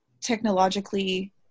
technologically